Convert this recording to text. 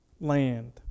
land